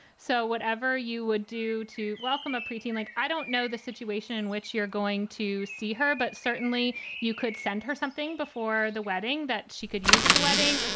so whatever you would do to welcome a pre-teen like, i don't know the situation in which you're going to see her, but certainly you could send her something before the wedding that she could use at the wedding.